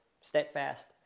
steadfast